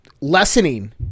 lessening